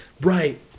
Right